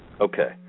Okay